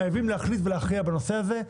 חייבים להחליט ולהכריע בנושא הזה.